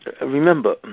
remember